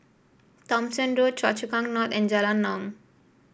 Thomson Road Choa Chu Kang North and Jalan Naung